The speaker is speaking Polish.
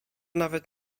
nawet